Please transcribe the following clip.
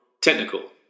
technical